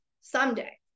someday